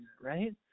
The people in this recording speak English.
right